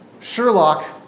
Sherlock